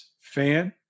fan